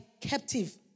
captive